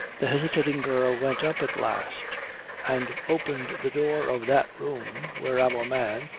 the hesitating girl went up at last and opened the door of that room where our man,